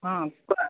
অঁ কোৱা